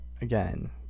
again